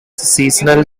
seasonal